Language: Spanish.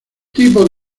tipo